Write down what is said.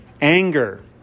Anger